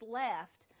left